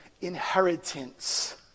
inheritance